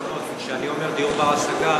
כשאני אומר דיור בר-השגה,